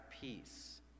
peace